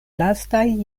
lastaj